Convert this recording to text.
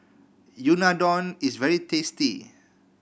unadon is very tasty